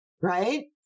Right